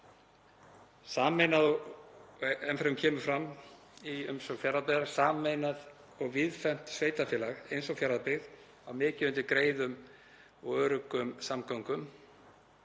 „Sameinað og víðfeðmt sveitarfélag eins og Fjarðabyggð á mikið undir greiðum og öruggum samgöngum.